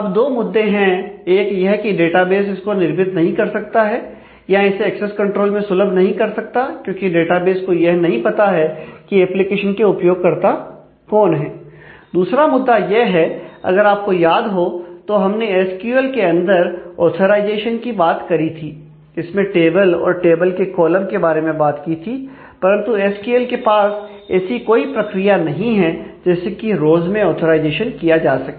अब दो मुद्दे हैं एक यह कि डेटाबेस इसको निर्मित नहीं कर सकता है या इसे एक्सेस कंट्रोल में ऑथराइजेशन किया जा सके